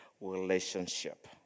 relationship